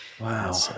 wow